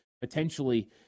potentially